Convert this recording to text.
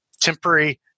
temporary